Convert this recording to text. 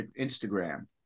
Instagram